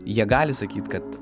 jie gali sakyt kad